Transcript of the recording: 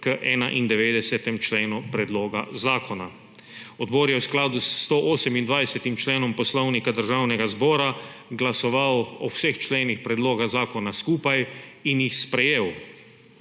k 91. členu predloga zakona. Odbor je v skladu s 128. členom Poslovnika Državnega zbora glasoval o vseh členih predloga zakona skupaj in jih sprejel.